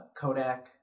Kodak